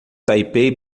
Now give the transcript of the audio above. taipei